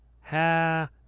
Ha